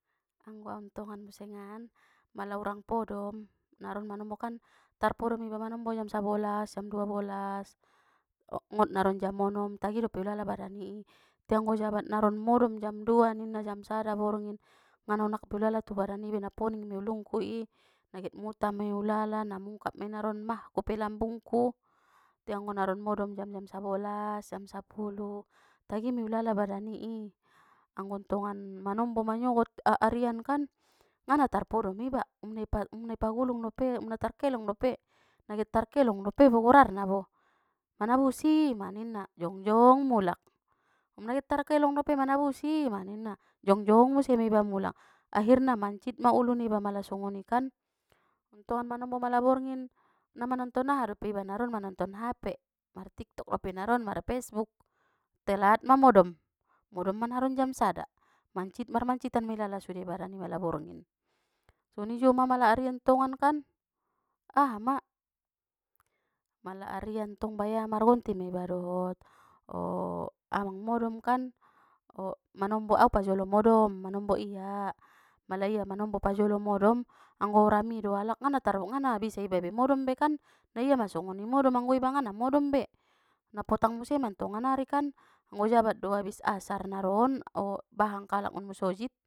Anggo au ntongan musengan mala urang podom naron manombokan tarpodom iba manombo jam sabolas jam dua bolas ngot naron jam onom tagi dope ulala badani i te anggo jabat naron modom jam dua ninna jam sada borngin ngana onak ulala tu badan i be na poning de ulungkui i na get muta me ulala na mungkap me naron magh ku pe lambungku te anggo naron modom jam jam sabolas jam sapulu tagi mei ulala badani i anggo antongan manombo manyogot arian kan ngana tarpodom iba um na ipa um na ipagulung dope um na terkolong dope na get tarkelong dope bo gorarna bo manabusi ma ninna jongjong mulak, um na get tarkelong dope manabusi mang ninna jongjong muse me iba mulak akhirna mancitma ulu niba mala songoni kan, antongan manombo mala borngin na manonton aha dope iba naron manonton hape martiktok dope naron mar facebook telat ma modom, modom ma naron jam sada mancit marmancitan ma ilala sude badan i mala borngin, soni juo ma mala arian tongan kan aha ma, mala arian tong baya margonti me iba dohot o abang modom kan o manombo au pajolo modom manombo ia mala ia manombo pajolo modom anggo rami do alak ngana tar ngana bisa be iba modom be na ia ma songoni modom anggo iba ngana modom be na potang muse mantongan ari kan, anggo jabat do abis ahar naron o bahang kalak i musojid.